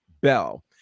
bell